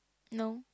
no